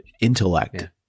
intellect